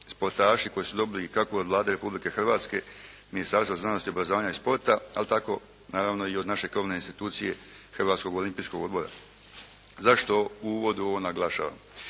sportaši koji su dobili kako od Vlade Republike Hrvatske, Ministarstva znanosti, obrazovanja i sporta ali tako i od naše krovne institucije Hrvatskog olimpijskog odbora. Zašto u uvodu ovo naglašavam?